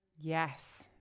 Yes